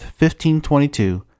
1522